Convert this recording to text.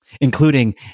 including